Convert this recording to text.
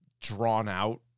drawn-out